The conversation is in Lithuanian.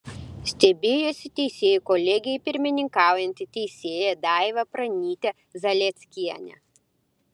stebėjosi teisėjų kolegijai pirmininkaujanti teisėja daiva pranytė zalieckienė